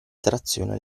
trazione